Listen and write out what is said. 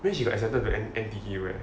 then she got accepted to N_T_U leh